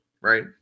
right